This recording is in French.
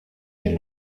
des